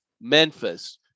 Memphis